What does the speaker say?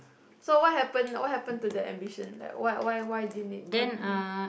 so what happen what happen to the ambition like why why why didn't it con~ yeah